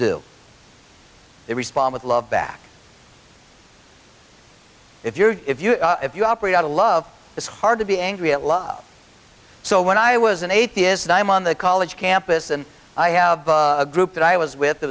do they respond with love back if you're if you if you operate out of love it's hard to be angry at lot so when i was an atheist i'm on the college campus and i have a group that i was with